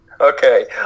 Okay